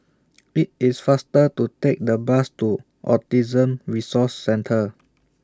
IT IS faster to Take The Bus to Autism Resource Centre